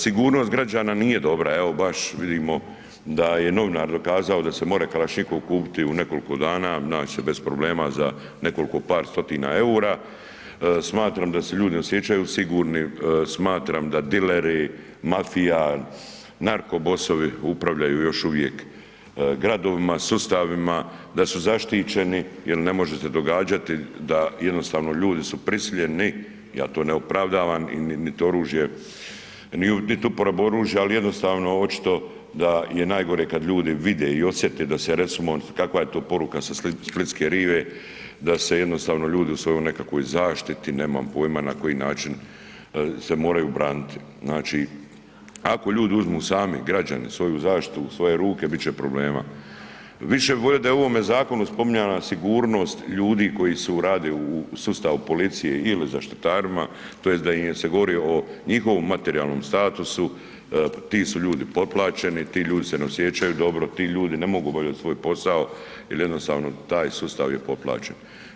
Sigurnost građana nije dobra, evo baš vidimo da je novinar dokazao da se more kalašnjikov kupiti u nekoliko dana, nać se bez problema za nekoliko par stotina EUR-a, smatram da se ljudi osjećaju sigurni, smatram da dileri, mafija, narkobosovi upravljaju još uvijek gradovima, sustavima, da su zaštićeni jel ne može se događati da jednostavno ljudi su prisiljeni, ja to ne opravdavam, nit oružje, nit uporabu oružja, al jednostavno očito da je najgore kad ljudi vide i osjete da se recimo kakva je to poruka sa splitske rive da se jednostavno ljudi u svojoj nekakvoj zaštiti, nemam pojma na koji način, se moraju braniti, znači ako ljudi uzmu sami, građani svoju zaštitu u svoje ruke, bit će problema, više bi volio da je u ovome zakonu spominjana sigurnost ljudi koji rade u sustavu policije ili zaštitarima tj. da im se govori o njihovom materijalnom statusu, ti su ljudi potplaćeni, ti ljudi se ne osjećaju dobro ti ljudi ne mogu obavljati svoj posao jer jednostavno taj sustav je potplaćen.